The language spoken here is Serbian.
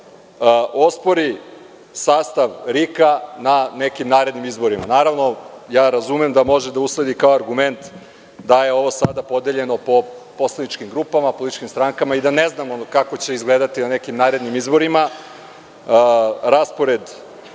ospori sastav RIK-a na nekim narednim izborima? Naravno, razumem da može da usledi kao argument da je ovo sada podeljeno po poslaničkim grupama, političkim strankama i da ne znamo kako će izgledati na nekim narednim izborima